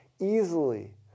easily